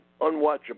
unwatchable